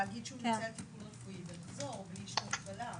להגיד שהוא יוצא לטיפול רפואי ולחזור בלי שום הגבלה.